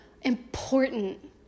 important